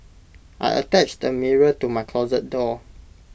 I attached A mirror to my closet door